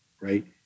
Right